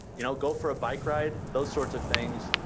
you know go for a bike ride, those sorts of things.